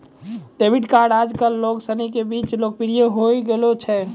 debit card आजकल लोग सनी के बीच लोकप्रिय होए गेलो छै